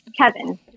Kevin